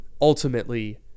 ultimately